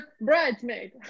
bridesmaid